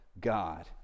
God